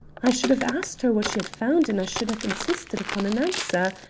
i should have asked her what she had found and i should have insisted upon an answer.